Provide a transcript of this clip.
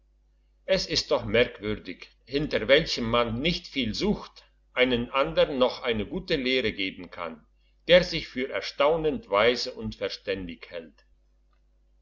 es ist doch merkwürdig dass manchmal ein mensch hinter welchem man nicht viel sucht einem andern noch eine gute lehre geben kann der sich für erstaunend weise und verständig hält